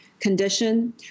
condition